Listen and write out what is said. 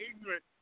ignorant